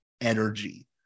energy